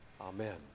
Amen